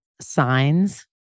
signs